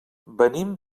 venim